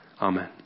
Amen